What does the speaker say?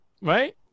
right